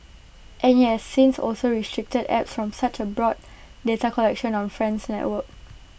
and IT has since also restricted apps from such abroad data collection on friends networks